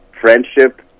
friendship